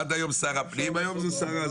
עד היום שר הפנים, היום זה שר ההסדרה.